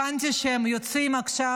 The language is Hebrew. הבנתי שהם יוצאים עכשיו,